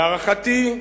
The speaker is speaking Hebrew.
להערכתי,